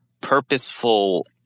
purposeful